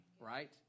right